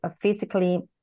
physically